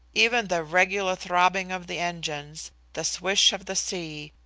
even the regular throbbing of the engines, the swish of the sea,